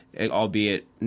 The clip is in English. albeit